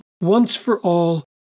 once-for-all